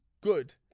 good